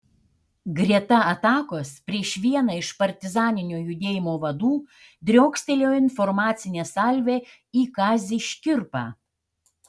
greta atakos prieš vieną iš partizaninio judėjimo vadų driokstelėjo informacinė salvė į kazį škirpą